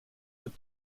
but